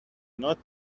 not